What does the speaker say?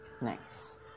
Nice